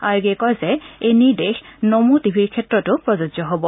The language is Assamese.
আয়োগে কয় যে এই নিৰ্দেশ নমো টি ভিৰ ক্ষেত্ৰতো প্ৰযোজ্য হ'ব